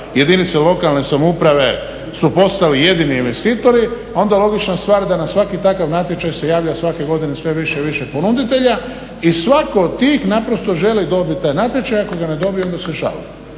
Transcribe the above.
jedinice lokalne samouprave su postali jedini investitori, onda logična stvar da na svaki takav natječaj se javlja svake godine sve više i više ponuditelja i svako od tih naprosto želi dobit taj natječaj. Ako ga ne dobije onda se žali.